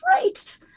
great